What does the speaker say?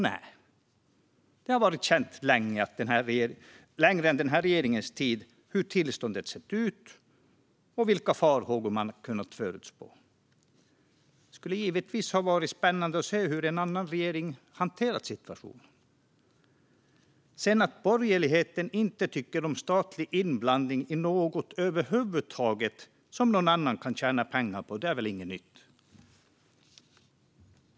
Nej, det har varit känt längre än den här regeringens tid hur tillståndet sett ut och vilka farhågor man kunnat förutspå. Det skulle givetvis ha varit spännande att se hur en annan regering hade hanterat situationen. Att sedan borgerligheten inte tycker om statlig inblandning över huvud taget i något som någon annan kan tjäna pengar på är väl inget nytt.